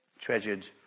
treasured